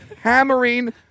hammering